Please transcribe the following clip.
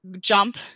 jump